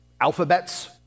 alphabets